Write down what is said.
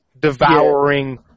devouring